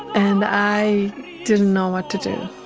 and i didn't know what to do.